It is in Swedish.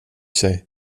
sig